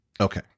Okay